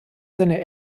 seine